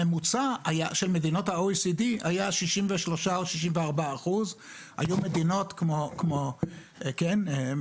הממוצע של מדינות ה-OECD היה 63% או 64%. היו מדינות כמו איראן,